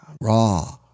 raw